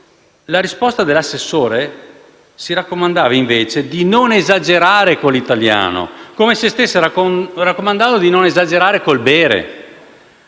in risposta l'assessore si raccomandava invece di non esagerare a farlo, come se stesse raccomandando di non esagerare col bere.